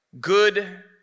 good